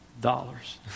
dollars